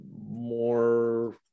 more